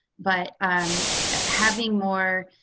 but um having more